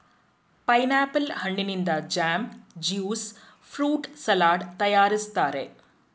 pineapple ಹಣ್ಣಿನಿಂದ jam, juice fruit salad ತರಯಾರಿಸ್ತರೆ